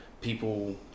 people